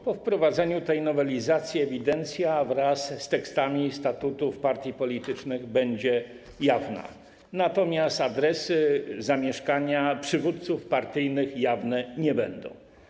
Po wprowadzeniu tej nowelizacji ewidencja wraz z tekstami statutów partii politycznych będzie jawna, natomiast adresy przywódców partyjnych jawne nie będą.